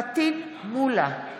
אינה נוכחת פטין מולא,